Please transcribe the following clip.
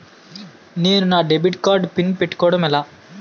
నేను నా debit card PIN పెట్టుకోవడం ఎలా?